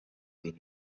been